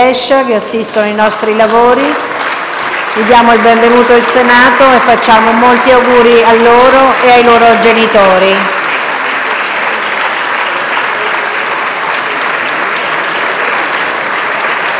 lavori. Benvenuti al Senato. Facciamo molti auguri a loro e ai loro genitori*.